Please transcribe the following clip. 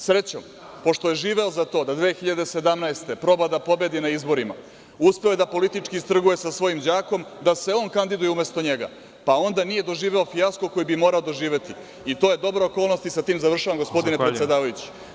Srećom, pošto je živeo za to da 2017. godine proba da pobedi na izborima, uspeo je da politički istrguje sa svojim đakom, da se on kandiduje umesto njega, pa onda nije doživeo fijasko koji bi morao doživeti i to je dobra okolnost i sa tim završavam gospodine predsedavajući.